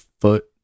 foot